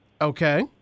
Okay